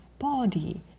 body